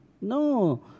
No